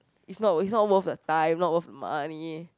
is not is not worth the time not worth the money